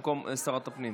במקום שר הפנים.